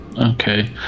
Okay